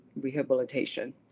rehabilitation